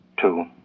Two